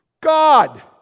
God